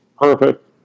Perfect